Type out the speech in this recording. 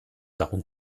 darum